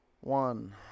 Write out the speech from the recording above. one